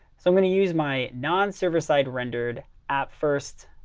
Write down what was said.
so i'm going to use my non-server-side rendered app first.